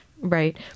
right